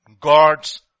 God's